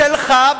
שלך,